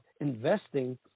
investing